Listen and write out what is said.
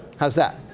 how's that?